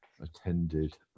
attended